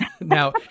now